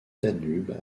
danube